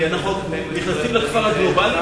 כי אנחנו נכנסים לכפר הגלובלי,